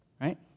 right